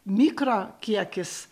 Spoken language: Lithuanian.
mikro kiekis